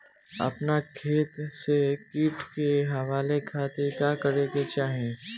अपना खेत से कीट के हतावे खातिर का करे के चाही?